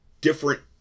different